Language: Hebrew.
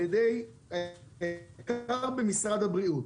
על ידי "היקר" במשרד הבריאות,